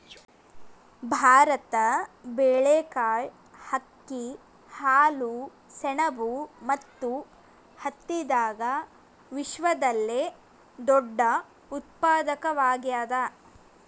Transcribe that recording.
ಭಾರತ ಬೇಳೆಕಾಳ್, ಅಕ್ಕಿ, ಹಾಲು, ಸೆಣಬು ಮತ್ತು ಹತ್ತಿದಾಗ ವಿಶ್ವದಲ್ಲೆ ದೊಡ್ಡ ಉತ್ಪಾದಕವಾಗ್ಯಾದ